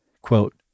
Quote